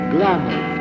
Glamour